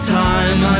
time